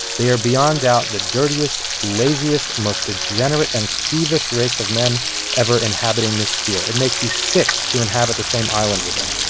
they are beyond doubt the dirtiest, laziest, most degenerate and thievish race of men ever inhabiting this sphere. it makes you sick to inhabit the same island with them.